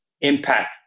impact